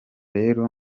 rero